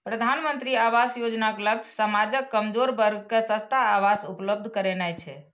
प्रधानमंत्री आवास योजनाक लक्ष्य समाजक कमजोर वर्ग कें सस्ता आवास उपलब्ध करेनाय छै